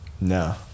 No